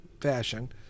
fashion